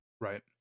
Right